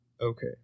Okay